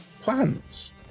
plans